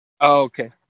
okay